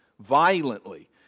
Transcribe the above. violently